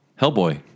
Hellboy